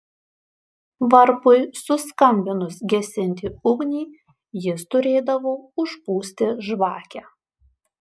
varpui suskambinus gesinti ugnį jis turėdavo užpūsti žvakę